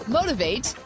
Motivate